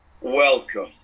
Welcome